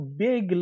big